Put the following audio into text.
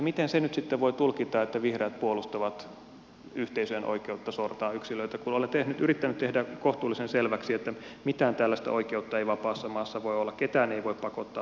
miten sen nyt sitten voi tulkita niin että vihreät puolustavat yhteisöjen oikeutta sortaa yksilöitä kun olen yrittänyt tehdä kohtuullisen selväksi että mitään tällaista oikeutta ei vapaassa maassa voi olla ketään ei voi pakottaa pukeutumaan johonkin tiettyyn tyyliin